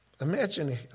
Imagine